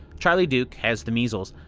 charlie duke has the measles.